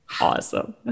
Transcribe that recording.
Awesome